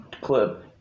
clip